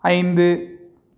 ஐந்து